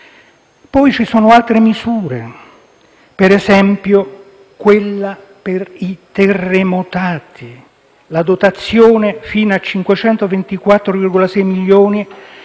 Poi ci sono altre misure: per esempio, quella per i terremotati: la dotazione fino a 524,6 milioni di